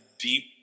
deep